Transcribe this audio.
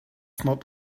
not